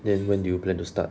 then when do you plan to start